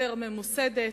יותר ממוסדת.